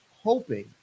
hoping